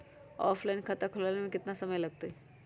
Offline खाता खुलबाबे में केतना समय लगतई?